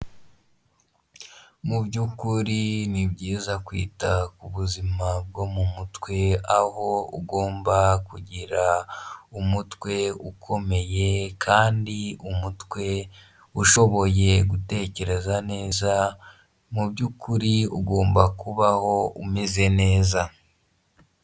Mu byukuri ni byiza kwita ku buzima bwo mu mutwe, aho ugomba kugira umutwe ukomeye, kandi umutwe ushoboye gutekereza neza, mu byukuri ugomba kubaho umeze neza.